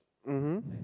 mm !huh!